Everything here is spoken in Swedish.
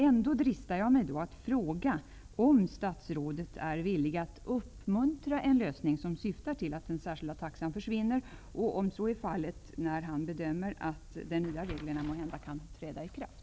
Ändå dristar jag mig till att fråga om statsrådet är villig att uppmuntra en lösning som syftar till att den särskilda taxan försvinner och om så är fallet när han bedömer att de nya reglerna kan träda i kraft.